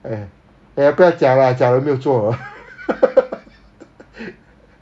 !aiya! 不要讲 lah 讲了没有做